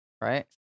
right